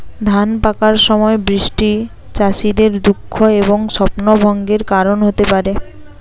ধান পাকার সময় বৃষ্টি চাষীদের দুঃখ এবং স্বপ্নভঙ্গের কারণ হতে পারে